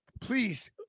please